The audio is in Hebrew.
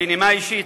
בנימה אישית,